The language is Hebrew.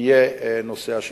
נושא השיתוף.